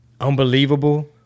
unbelievable